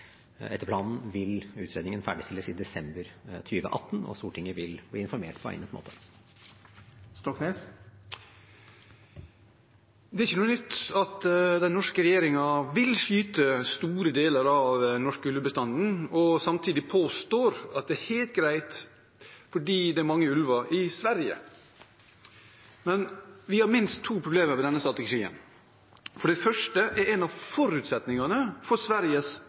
Etter planen vil utredningen ferdigstilles i desember 2018, og Stortinget vil bli informert på egnet måte. Det er ikke noe nytt at den norske regjeringen vil skyte store deler av den norske ulvebestanden, og påstår samtidig at det er helt greit fordi det er mange ulver i Sverige. Men vi har minst to problemer med denne strategien. For det første er en av forutsetningene for